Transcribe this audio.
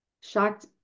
shocked